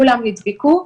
כולם נדבקו,